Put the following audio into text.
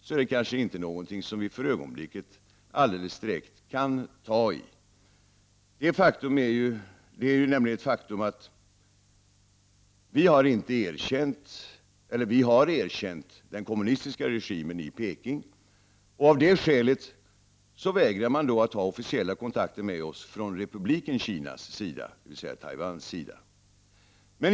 Det är därför kanske inte någonting vi för ögonblicket alldeles direkt kan tai. Det är ju ett faktum att vi har erkänt den kommunistiska regimen i Peking. Av det skälet vägrar man ha officiella kontakter med oss från Republiken Kinas, dvs. Taiwans sida.